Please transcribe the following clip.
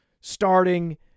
starting